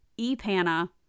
EPANA